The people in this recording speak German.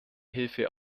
hilfe